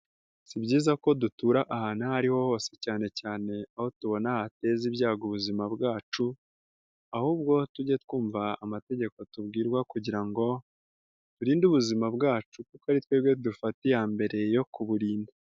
Si byiza ko dutura ahantu aho ariho hose cyanecyane aho tubona hateza ibyago ubuzima bwacu, ahubwo tujye twumva amategeko tubwirwa kugira ngo turinde ubuzima bwacu kuko ari twebwe dufata iya mbere yo kuburinda.